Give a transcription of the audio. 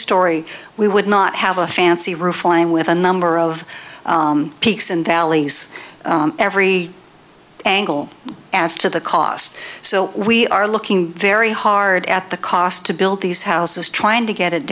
story we would not have a fancy roof line with a number of peaks and valleys every angle adds to the cost so we are looking very hard at the cost to build these houses trying to get it